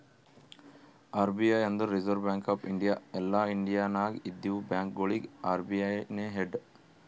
RBI ಅಂದುರ್ reserve bank of India ಎಲ್ಲಾ India ನಾಗ್ ಇದ್ದಿವ ಬ್ಯಾಂಕ್ಗೊಳಿಗ ಅರ್.ಬಿ.ಐ ನೇ ಹೆಡ್